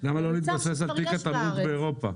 מוצר שכבר יש בארץ.